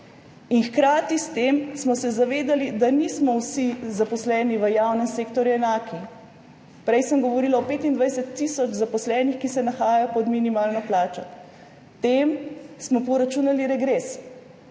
In hkrati s tem smo se zavedali, da nismo vsi zaposleni v javnem sektorju enaki. Prej sem govorila o 25 tisoč zaposlenih, ki se nahajajo pod minimalno plačo. Tem smo poračunali regres